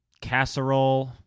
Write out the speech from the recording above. casserole